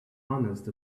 honest